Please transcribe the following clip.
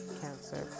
cancer